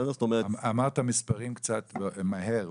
אמרת מספרים קצת מהר,